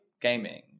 gaming